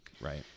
right